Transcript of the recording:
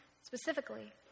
specifically